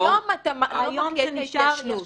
היום זה בתקופת ההתיישנות.